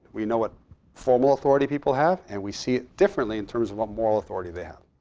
we know what formal authority people have. and we see it differently in terms of what moral authority they have.